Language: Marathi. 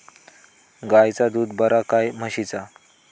गायचा दूध बरा काय म्हशीचा?